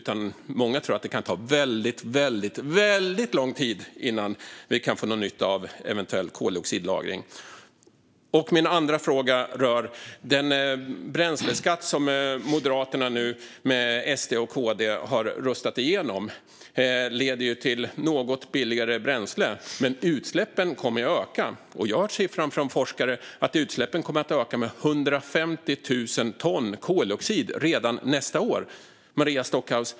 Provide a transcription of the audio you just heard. Många tror också att det kan ta väldigt lång tid innan vi kan få någon nytta av eventuell koldioxidlagring. Min andra fråga rör den bränsleskatt som Moderaterna nu har röstat igenom med SD och KD. Den leder till något billigare bränsle, men utsläppen kommer att öka. Jag har hört från forskare att utsläppen kommer att öka med 150 000 ton koldioxid redan nästa år.